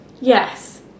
Yes